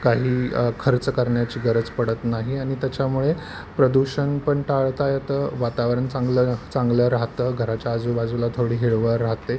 काही खर्च करण्याची गरज पडत नाही आणि त्याच्यामुळे प्रदूषण पण टाळता येतं वातावरण चांगलं चांगलं राहतं घराच्या आजूबाजूला थोडी हिरवळ राहते